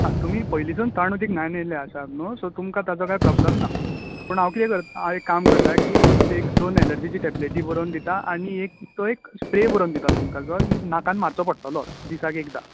आं तुमी पयलीसून थंड उदक न्हावन येयल्लें आसात न्हू सो तुमकां ताचो कांय प्रोब्लम ना पूण हांव कितें करता एक काम करता की तूं एक दोन एलर्जीची टेबलेटी बरोवन दिता आनी तो एक स्प्रे बरोवन दिता जो दिसाक एकदा नाकान मारचो पडटलो दिसाक एकदां